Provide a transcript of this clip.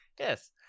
Yes